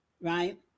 right